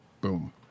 Boom